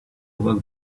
work